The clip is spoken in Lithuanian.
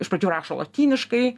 iš pradžių rašo lotyniškai